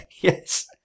Yes